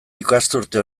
ikasturte